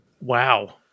Wow